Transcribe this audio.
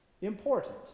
important